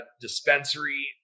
dispensary